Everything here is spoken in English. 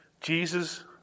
Jesus